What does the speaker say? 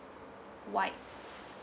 white